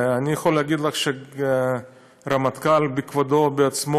אני יכול להגיד לך שהרמטכ"ל בכבודו ובעצמו